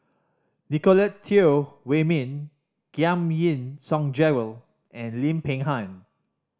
Nicolette Teo Wei Min Giam Yean Song Gerald and Lim Peng Han